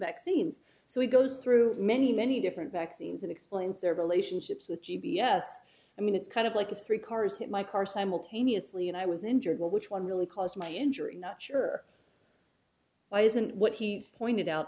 vaccines so he goes through many many different vaccines and explains their relationships with g b s i mean it's kind of like a three cars hit my car simultaneously and i was injured but which one really caused my injury not sure why isn't what he pointed out